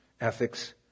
ethics